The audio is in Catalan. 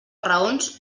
raons